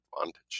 advantage